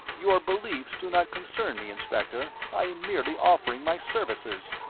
your beliefs do not concern me, inspector i am merely offering my services.